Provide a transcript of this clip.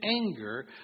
anger